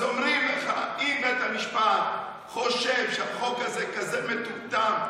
ואז אומרים לך: אם בית המשפט חושב שהחוק הזה כזה מטומטם,